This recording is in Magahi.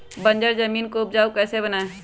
बंजर जमीन को उपजाऊ कैसे बनाय?